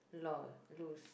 lol loose